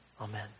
Amen